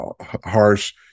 harsh